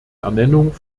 ernennung